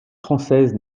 française